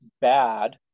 bad